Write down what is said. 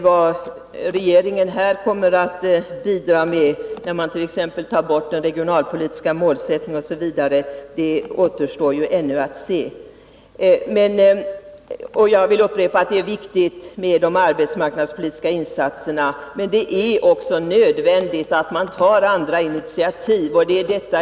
Vad regeringen här kommer att bidra med, när man tar bort den regionalpolitiska målsättningen osv., återstår ännu att se; Jag vill upprepa att det är viktigt med de arbetsmarknadspolitiska insatserna, men det är också nödvändigt att det tas andra initiativ.